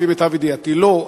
לפי מיטב ידיעתי לא,